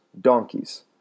donkeys